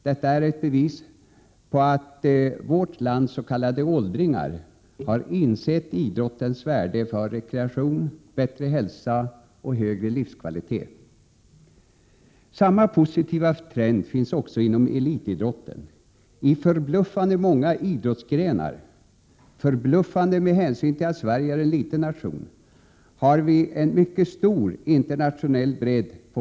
Detta är ett bevis på att vårt lands s.k. åldringar har insett idrottens värde för rekreation, bättre hälsa och högre livskvalitet. Samma positiva trend finns också inom elitidrotten. I förbluffande många idrottsgrenar, förbluffande med hänsyn till att Sverige är en liten nation, har vi en mycket stor internationell bredd.